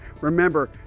Remember